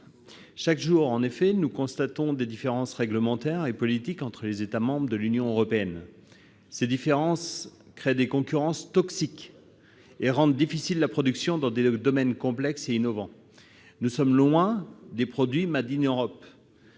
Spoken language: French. Chaque jour, en effet, nous constatons des différences réglementaires et politiques entre les États membres de l'Union européenne. Ces différences créent des concurrences toxiques et rendent difficile la production dans des domaines complexes et innovants. Nous sommes loin des produits. Je suis